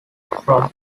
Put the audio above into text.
from